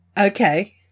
okay